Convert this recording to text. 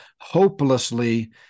hopelessly